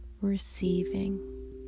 receiving